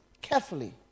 carefully